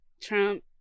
Trump